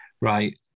right